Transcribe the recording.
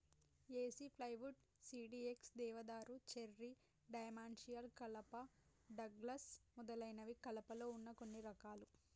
ఏసి plywood, CDX, దేవదారు, cherry, dimensional కలప, Douglas మొదలైనవి కలపలో వున్న కొన్ని రకాలు